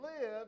live